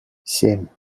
семь